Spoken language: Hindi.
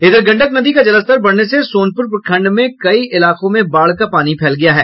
इधर गंडक नदी का जलस्तर बढ़ने से सोनपुर प्रखंड में कई इलाकों में बाढ़ का पानी फैल गया है